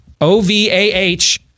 O-V-A-H